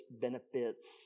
benefits